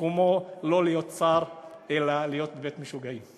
מקומו לא להיות שר אלא להיות בבית-משוגעים.